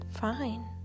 fine